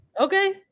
Okay